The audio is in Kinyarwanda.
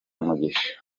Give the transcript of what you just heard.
umugisha